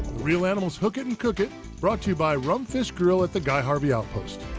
reel animals hook it and cook it brought to you by rumfish grill at the guy harvey outpost.